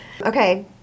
Okay